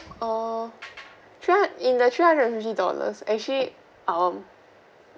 uh three hundred in the three hundred and fifty dollars actually um